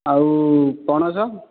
ଆଉ ପଣସ